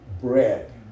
bread